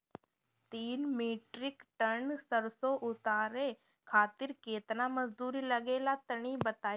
तीन metric ton सरसो उतारे खातिर केतना मजदूरी लगे ला तनि बताई?